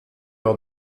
par